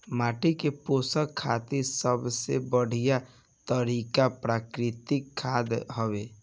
माटी के पोषण खातिर सबसे बढ़िया तरिका प्राकृतिक खाद हवे